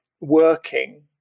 working